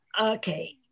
okay